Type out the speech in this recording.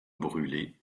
brûlé